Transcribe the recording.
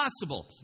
possible